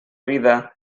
vida